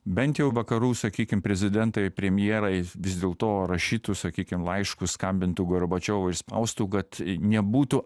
bent jau vakarų sakykim prezidentai premjerai vis dėlto rašytų sakykim laiškus skambintų gorbačiovui ir spaustų kad nebūtų